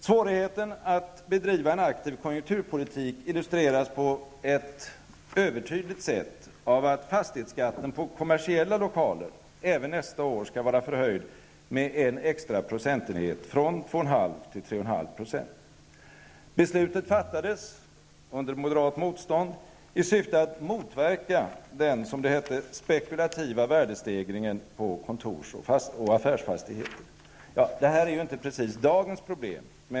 Svårigheten att bedriva en aktiv konjunkturpolitik illustreras på ett övertydligt sätt av att fastighetsskatten på kommersiella lokaler även nästa år skall vara förhöjd med en extra procentenhet -- från 2,5 till 3,5 %. Beslutet fattades -- under moderat motstånd -- i syfte att motverka den, som det hette, spekulativa värdestegringen på kontors och affärsfastigheter. Det här är inte precis dagens problem!